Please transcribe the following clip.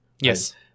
Yes